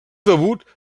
debut